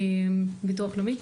ביטוח לאומי,